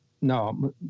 no